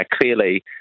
clearly